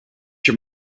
your